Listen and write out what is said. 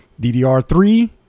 DDR3